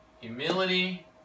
humility